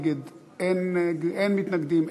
אין מתנגדים,